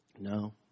No